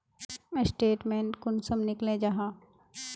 Statement कुंसम निकले जाहा?